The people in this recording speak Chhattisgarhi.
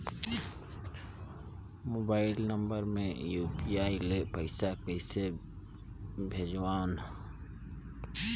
मोबाइल नम्बर मे यू.पी.आई ले पइसा कइसे भेजवं?